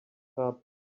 tub